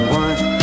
one